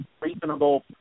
reasonable